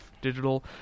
digital